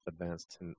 advanced